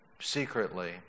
secretly